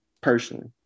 personally